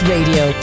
Radio